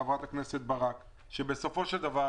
חברת הכנסת ברק, שבסופו של דבר